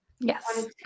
yes